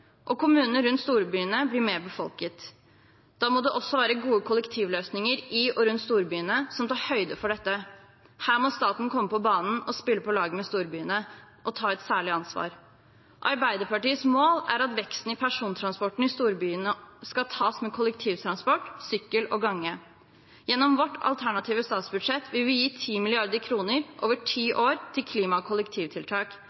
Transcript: og kommunene rundt storbyene blir mer befolket. Da må det også være gode kollektivløsninger i og rundt storbyene som tar høyde for dette. Her må staten komme på banen og spille på lag med storbyene og ta et særlig ansvar. Arbeiderpartiets mål er at veksten i persontransporten i storbyområdene skal tas med kollektivtransport, sykkel og gange. Gjennom vårt alternative statsbudsjett vil vi gi 10 mrd. kr over ti år til klima- og kollektivtiltak.